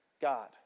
God